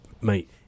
Mate